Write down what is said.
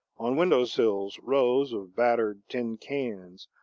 on window-sills, rows of battered tin cans,